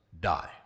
die